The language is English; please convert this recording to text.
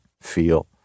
feel